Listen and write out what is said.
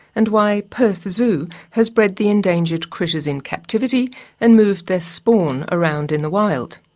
and why perth zoo has bred the endangered critters in captivity and moved their spawn around in the wild.